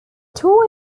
tour